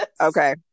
Okay